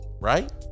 right